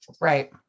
Right